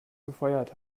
gefeuert